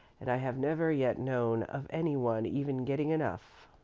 and i have never yet known of any one even getting enough.